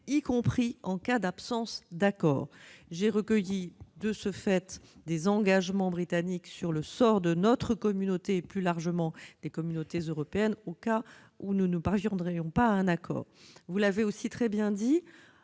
y compris en cas d'absence d'accord. J'ai reçu des engagements de la part des Britanniques sur le sort de notre communauté et, plus largement, des communautés européennes au cas où nous ne parviendrions pas à un accord. Vous l'avez très bien dit,